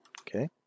Okay